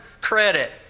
credit